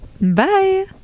bye